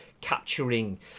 capturing